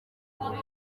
kuri